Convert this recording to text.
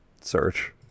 search